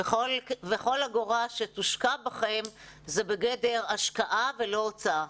וכל אגורה שתושקע בכם היא בגדר השקעה ולא הוצאה,